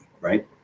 right